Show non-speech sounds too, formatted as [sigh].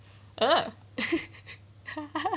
uh eh [laughs]